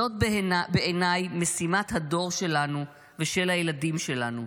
זאת בעיניי משימת הדור שלנו ושל הילדים שלנו.